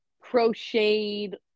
crocheted